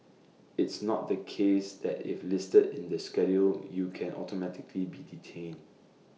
it's not the case that if listed in the schedule you can automatically be detained